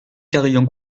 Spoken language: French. carrillon